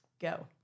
go